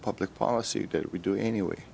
public policy that we do anyway